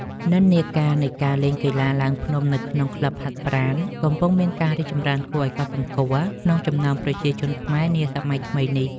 និន្នាការនៃការលេងកីឡាឡើងភ្នំនៅក្នុងក្លឹបហាត់ប្រាណ កំពុងមានការរីកចម្រើនគួរឱ្យកត់សម្គាល់ក្នុងចំណោមប្រជាជនខ្មែរនាសម័យថ្មីនេះ។